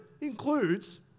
includes